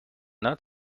not